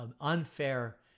unfair